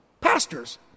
pastors